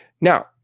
now